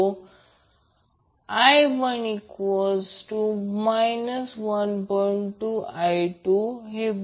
आता मला ते स्पष्ट करू द्या हे प्रत्यक्षात 12 C Vmax 2 कॅपेसिटरमधील स्टोअरड एनर्जी आहे किंवा या संबंधाचा वापर केल्यास 12 Imax2 ω2 C मिळेल